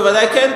בוודאי כן,